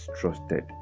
trusted